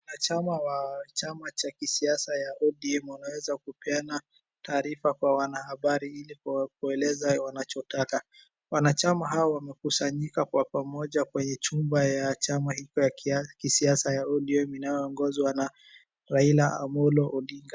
Wanachama wa chama cha kisiasa ya ODM wanaweza kupeana taarifa kwa wanahabari ili kuwaeleza wanachotaka. Wanachama hao wamekusanyika kwa pamoja kwenye chumba ya chama hiko ya kisiasa ya ODM inayoongozwa na Raila Amollo Odinga.